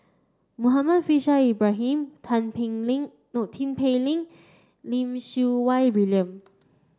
Muhammad Faishal Ibrahim Tan Pei Ling Low Tin Pei Ling Lim Siew Wai William